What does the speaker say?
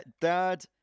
Dad